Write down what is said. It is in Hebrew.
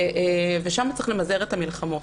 ושם צריך למזער את המלחמות.